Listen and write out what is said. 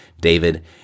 David